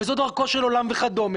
וזו דרכו של עולם וכדומה,